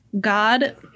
God